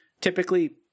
typically